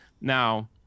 Now